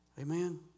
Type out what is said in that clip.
Amen